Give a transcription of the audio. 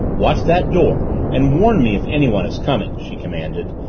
watch that door and warn me if anyone is coming! she commanded,